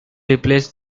replaced